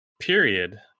Period